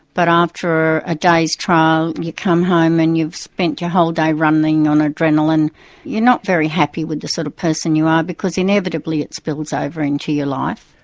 but after a day's trial you come home and you've spent your whole day running on adrenaline you're not very happy with the sort of person you are, because inevitably it spills over into your life.